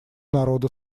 народа